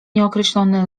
nieokreślony